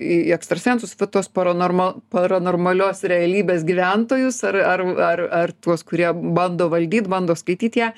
į ekstrasensus va tuos paranorma paranormalios realybės gyventojus ar ar ar ar tuos kurie bando valdyt bando skaityt ją